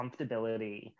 comfortability